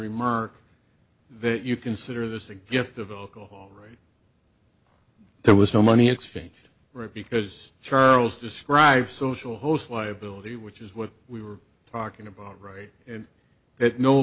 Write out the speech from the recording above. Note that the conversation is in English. remark that you consider this a gift of alcohol right there was no money exchanged right because charles described social host liability which is what we were talking about right and